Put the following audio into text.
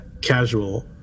casual